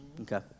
Okay